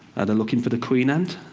they looking for the queen ant?